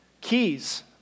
keys